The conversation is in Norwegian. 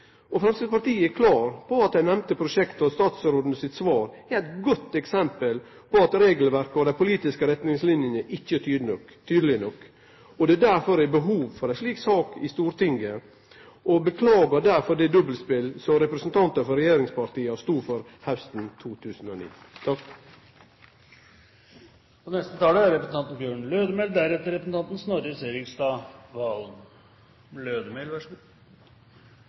Framstegspartiet er klar på at dei nemnde prosjekta, og statsråden sitt svar, er eit godt eksempel på at regelverket og dei politiske retningslinjene ikkje er tydelege nok. Det er derfor behov for ei slik sak i Stortinget, og vi beklagar det dobbeltspelet som representantar for regjeringspartia stod for hausten